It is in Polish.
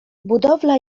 budowla